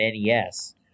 NES